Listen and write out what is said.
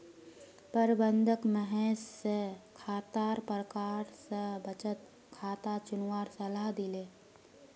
प्रबंधक महेश स खातार प्रकार स बचत खाता चुनवार सलाह दिले